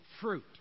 fruit